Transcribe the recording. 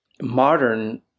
modern